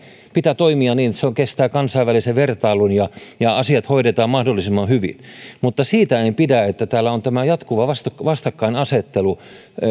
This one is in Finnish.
pitää toimia niin että se kestää kansainvälisen vertailun ja ja asiat hoidetaan mahdollisimman hyvin mutta siitä en pidä että täällä on tämä jatkuva vastakkainasettelu